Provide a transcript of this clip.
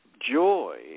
joy